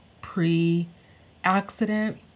pre-accident